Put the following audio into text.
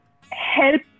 help